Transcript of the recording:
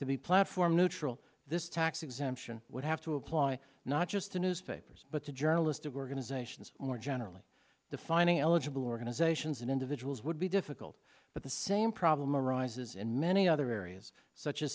the platform neutral this tax exemption would have to apply not just to newspapers but to journalistic organizations more generally defining eligible organizations and individuals would be difficult but the same problem arises in many other areas such a